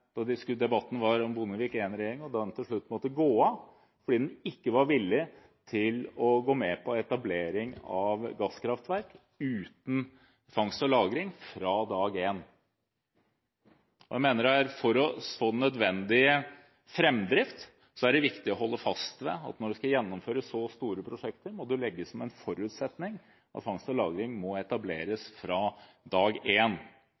og den til slutt måtte gå av fordi den ikke var villig til å gå med på etablering av gasskraftverk uten fangst og lagring fra dag én. Jeg mener at for å få den nødvendige framdrift er det viktig å holde fast ved at når det skal gjennomføres så store prosjekter, må det legges som en forutsetning at fangst og lagring må etableres fra dag